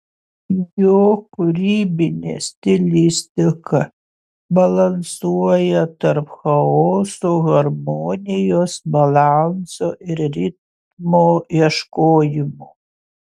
jo kūrybinė stilistika balansuoja tarp chaoso harmonijos balanso ir ritmo ieškojimų